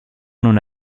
non